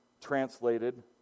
translated